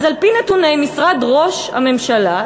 אז על-פי נתוני משרד ראש הממשלה,